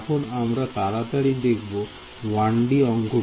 এখন আমরা তাড়াতাড়ি দেখব 1D অংকটিকে